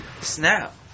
snap